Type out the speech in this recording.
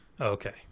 Okay